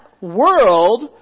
world